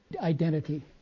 identity